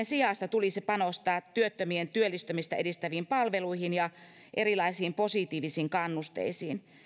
sijasta tulisi panostaa työttömien työllistymistä edistäviin palveluihin ja erilaisiin positiivisiin kannusteisiin